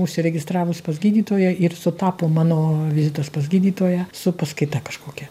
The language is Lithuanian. užsiregistravus pas gydytoją ir sutapo mano vizitas pas gydytoją su paskaita kažkokia